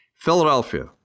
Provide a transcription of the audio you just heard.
Philadelphia